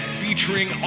featuring